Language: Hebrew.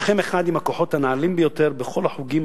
שכם אחד עם הכוחות הנעלים ביותר בכל החוגים